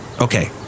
Okay